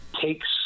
takes